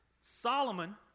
Solomon